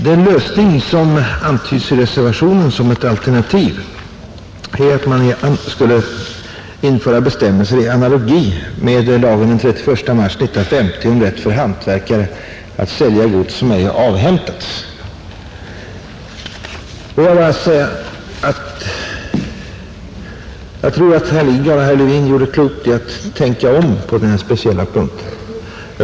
Den lösning som antyds i reservationen som ett alternativ är att man skulle införa bestämmelser i analogi med lagen den 31 mars 1950 om rätten för hantverkare att sälja gods som ej avhämtats. Låt mig bara säga att jag tror att herr Lidgard och herr Levin gjorde klokt i att tänka om på denna speciella punkt.